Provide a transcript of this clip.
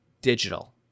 digital